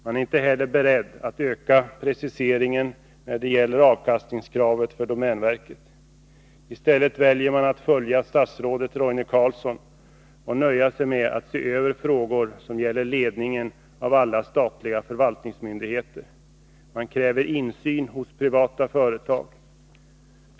Man är inte heller beredd att öka preciseringen när det gäller kravet på avkastning för domänverket. I stället väljer man att följa statsrådet Roine Carlssons förslag och nöja sig med att se över frågor som gäller ledningen av alla statliga förvaltningsmyndigheter. Man kräver insyn hos privata företag.